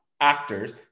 actors